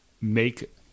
make